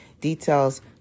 details